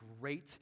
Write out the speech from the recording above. great